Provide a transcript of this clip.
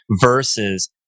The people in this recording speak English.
versus